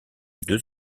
deux